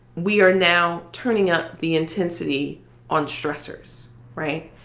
we are now turning up the intensity on stressors right?